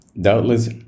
Doubtless